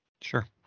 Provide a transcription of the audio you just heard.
Sure